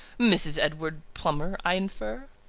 mrs. edward plummer, i infer?